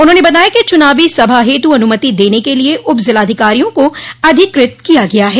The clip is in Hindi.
उन्होंने बताया कि चुनावी सभा हेतु अनुमति देने के लिए उपजिलाधिकारियों को अधिकृत किया गया है